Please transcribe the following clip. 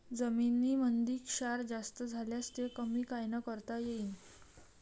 जमीनीमंदी क्षार जास्त झाल्यास ते कमी कायनं करता येईन?